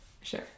Sure